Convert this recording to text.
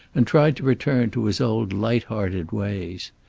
and tried to return to his old light-hearted ways.